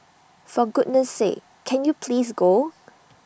for goodness sake can you please go